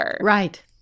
Right